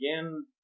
again